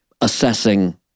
assessing